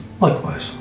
Likewise